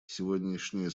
сегодняшнее